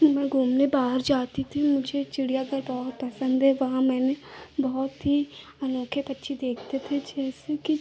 मैं घूमने बाहर जाती थी मुझे चिड़ियाघर बहुत पसन्द है वहाँ मैं बहुत ही अनोखे पक्षी देखती थी जैसे कि